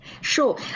Sure